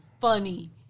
Funny